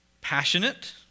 passionate